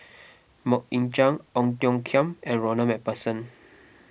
Mok Ying Jang Ong Tiong Khiam and Ronald MacPherson